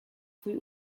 twój